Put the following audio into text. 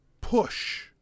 push